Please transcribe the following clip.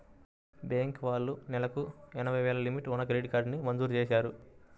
bank వాళ్ళు నెలకు ఎనభై వేలు లిమిట్ ఉన్న క్రెడిట్ కార్డుని మంజూరు చేశారు